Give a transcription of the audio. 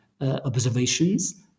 observations